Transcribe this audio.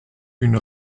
une